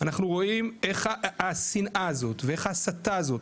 אנחנו רואים איך השנאה הזאת ואיך ההסתה הזאת,